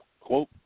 Quote